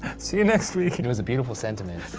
see you next week. it was a beautiful sentiment.